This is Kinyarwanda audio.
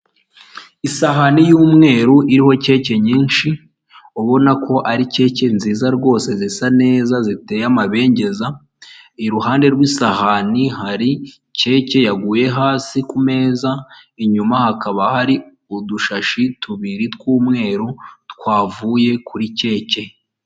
Isahani y'umweru iriho kake nyinshi, ubona ko ari keke nziza rwose zisa neza ziteye amabengeza; iruhande rw'isahani hari keke yaguye hasi kumeza, inyuma hakaba hari udushashi tubiri tw'umweru twavuye kuri keke.